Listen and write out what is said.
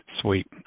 Sweet